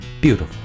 beautiful